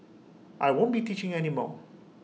I won't be teaching any more